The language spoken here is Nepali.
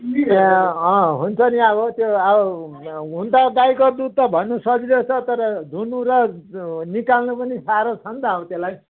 ए हुन्छ नि अब त्यो अब हुनु त अब गाईको दुध त भन्नु सजिलो छ तर दुहुनु र निकाल्नु पनि साह्रो छ नि त अब त्यसलाई